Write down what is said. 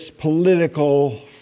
political